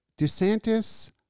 DeSantis